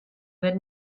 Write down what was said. wird